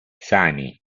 sani